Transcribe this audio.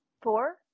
Four